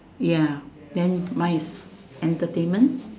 ya then is mine is entertainment